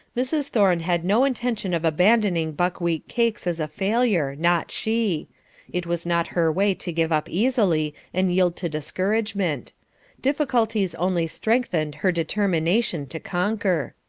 mrs. thorne had no intention of abandoning buckwheat cakes as a failure, not she it was not her way to give up easily and yield to discouragement difficulties only strengthened her determination to conquer.